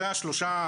זה השלושה,